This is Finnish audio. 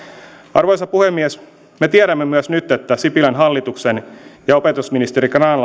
arvoisa puhemies me tiedämme myös nyt että sipilän hallituksen ja opetusministeri grahn